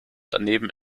daneben